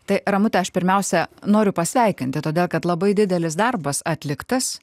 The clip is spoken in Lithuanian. tai ramute aš pirmiausia noriu pasveikinti todėl kad labai didelis darbas atliktas